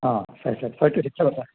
ಹಾಂ ಸರಿ ಸರಿ ಫೈವ್ ಟು ಸಿಕ್ಸ್ ಅವರ್ಸ